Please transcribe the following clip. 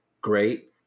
great